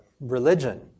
religion